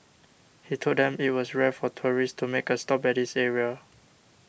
he told them it was rare for tourists to make a stop at this area